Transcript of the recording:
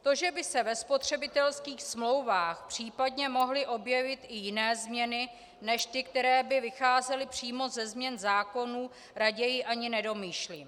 To, že by se ve spotřebitelských smlouvách případně mohly objevit i jiné změny než ty, které by vycházely přímo ze změn zákonů, raději ani nedomýšlím.